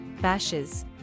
bashes